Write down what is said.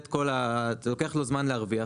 לוקח לו זמן להרוויח.